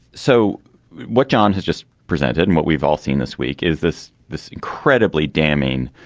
so what john has just presented and what we've all seen this week is this this incredibly damning